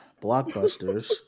blockbusters